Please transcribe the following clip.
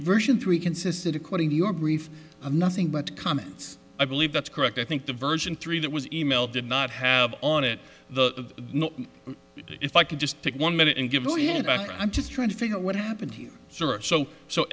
version three consistent according to your brief nothing but comments i believe that's correct i think the version three that was emailed did not have on it the if i could just pick one minute and give oh yeah i'm just trying to figure out what happened so so